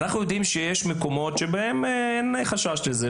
אנחנו יודעים שיש מקומות שבהם אין חשש כזה,